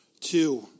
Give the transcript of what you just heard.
two